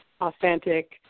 authentic